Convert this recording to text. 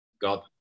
god